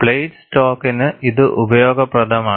plate സ്റ്റോക്കിന് ഇത് ഉപയോഗപ്രദമാണ്